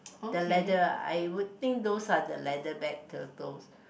the leather uh I would think those are the leatherback turtles